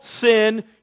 sin